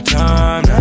time